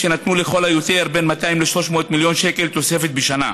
שנתנו לכל היותר 200 300 מיליון תוספת בשנה,